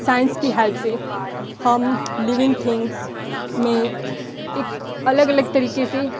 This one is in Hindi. साइंस की हेल्प से हम लिविंग थिंग्स में एक अलग अलग तरीके से